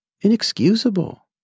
inexcusable